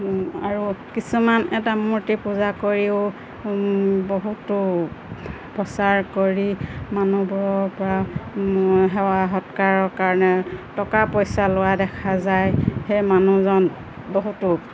আৰু কিছুমান এটা মূৰ্তি পূজা কৰিও বহুতো প্ৰচাৰ কৰি মানুহবোৰৰ পৰা সেৱা সৎকাৰ কাৰণে টকা পইচা লোৱা দেখা যায় সেই মানুহজন বহুতো